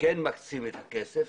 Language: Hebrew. שכן מקצים את הכסף.